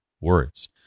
words